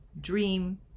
dream